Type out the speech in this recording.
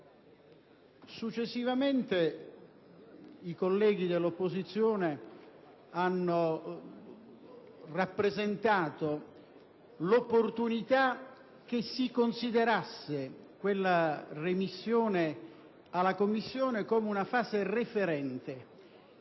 Successivamente i colleghi dell'opposizione hanno rappresentato l'opportunità che si considerasse quella rimessione alla Commissione come una fase referente